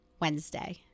Wednesday